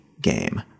game